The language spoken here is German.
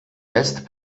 west